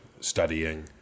studying